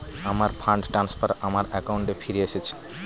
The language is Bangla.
আমার ফান্ড ট্রান্সফার আমার অ্যাকাউন্টে ফিরে এসেছে